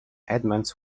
edmonds